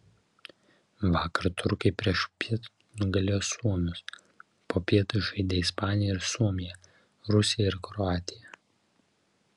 vakar turkai priešpiet nugalėjo suomius popiet žaidė ispanija ir suomija rusija ir kroatija